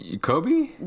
Kobe